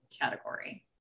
category